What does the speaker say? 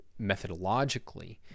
methodologically